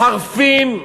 מחרפים,